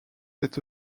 est